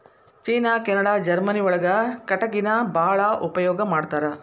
ಚೇನಾ Canada Germany ಒಳಗ ಕಟಗಿನ ಬಾಳ ಉಪಯೋಗಾ ಮಾಡತಾರ